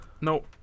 No